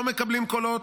לא מקבלים קולות.